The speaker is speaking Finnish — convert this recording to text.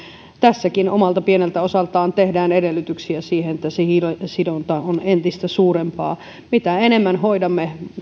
tässäkin omalta pieneltä osaltaan tehdään edellytyksiä sille että se hiilensidonta on entistä suurempaa mitä enemmän